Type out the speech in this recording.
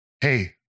hey